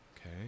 okay